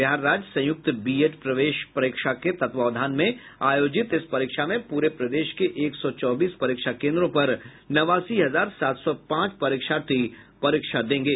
बिहार राज्य संयुक्त बीएड प्रवेश परीक्षा के तत्वावधान में आयोजित इस परीक्षा में प्ररे प्रदेश के एक सौ चौबीस परीक्षा केंद्रों पर नवासी हजार सात सौ पांच परीक्षार्थी परीक्षा देंगे